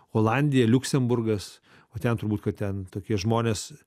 olandija liuksemburgas o ten turbūt kad ten tokie žmonės